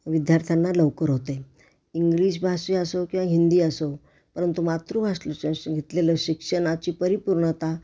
विद्यार्थ्यांना लवकर होते इंग्लिशभाषी असो किंवा हिंदी असो परंतु मातृभाषेत घेतलेलं शिक्षणाची परिपूर्णता